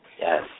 Yes